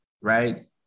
right